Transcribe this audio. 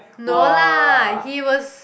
no lah he was